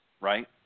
Right